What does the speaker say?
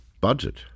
budget